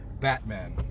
Batman